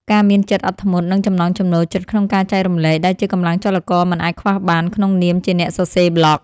ការមានចិត្តអត់ធ្មត់ និងចំណង់ចំណូលចិត្តក្នុងការចែករំលែក ដែលជាកម្លាំងចលករមិនអាចខ្វះបានក្នុងនាមជាអ្នកសរសេរប្លក់។